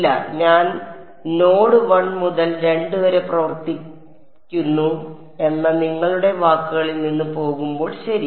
ഇല്ല ഞാൻ നോഡ് 1 മുതൽ 2 വരെ പ്രവർത്തിക്കുന്നു എന്ന നിങ്ങളുടെ വാക്കുകളിൽ നിന്ന് പോകുമ്പോൾ ശരി